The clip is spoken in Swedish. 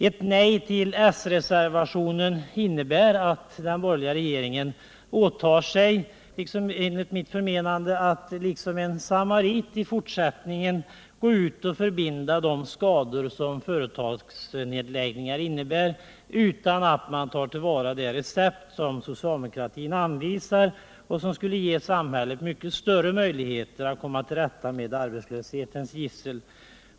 Ett nej till s-reservationen innebär, enligt mitt förmenande, att den borgerliga regeringen åtar sig att i fortsättningen liksom en samarit gå ut och förbinda de skador som företagsnedläggningen medför utan att begagna det recept som socialdemokratin anvisar och som skulle ge samhället mycket större möjligheter att komma till rätta med arbetslöshetens gissel.